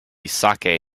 saké